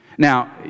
Now